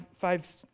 five